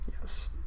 Yes